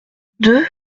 deux